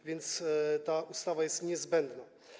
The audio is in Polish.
A więc ta ustawa jest niezbędna.